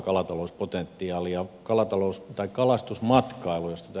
kalastusmatkailu josta täällä kysyttiin